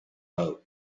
boat